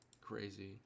crazy